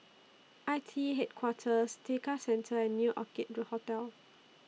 I T E Headquarters Tekka Centre and New Orchid Hotel